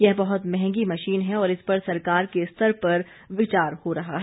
यह बहुत महंगी मशीन है और इस पर सरकार के स्तर पर विचार हो रहा है